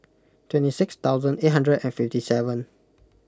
twenty six thousand eight hundred fifty seven